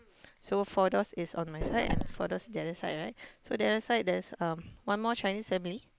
so four doors is on my side four doors the other side right so the other side there's um one more Chinese family